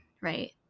right